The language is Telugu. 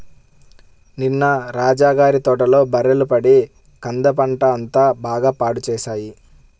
నిన్న రాజా గారి తోటలో బర్రెలు పడి కంద పంట అంతా బాగా పాడు చేశాయి